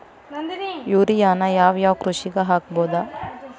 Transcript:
ಯೂರಿಯಾನ ಯಾವ್ ಯಾವ್ ಕೃಷಿಗ ಹಾಕ್ಬೋದ?